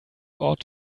ought